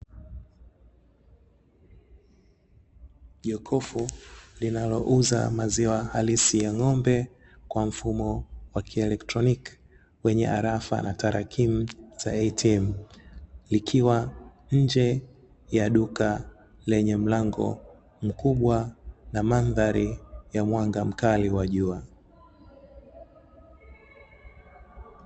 Jokofu linalouza maziwa halisi ya ng'ombe kwa mfumo wa kielektroniki, lenye arafa na tarakimu za "ATM", likiwa nje ya duka lenye mlango mkubwa na mandhari ya mwanga mkali wa jua.